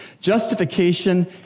Justification